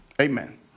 Amen